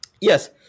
yes